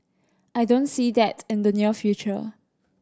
I don't see that in the near future